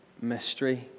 mystery